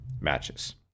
matches